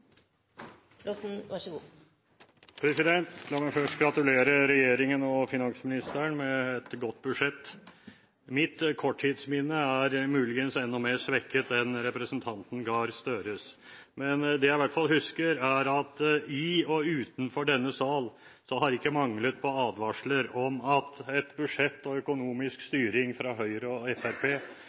La meg først gratulere regjeringen og finansministeren med et godt budsjett. Mitt korttidsminne er muligens enda mer svekket enn representanten Gahr Støres, men det jeg i hvert fall husker, er at i og utenfor denne sal har det ikke manglet på advarsler om at et budsjett og en økonomisk styring fra Høyre og